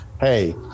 hey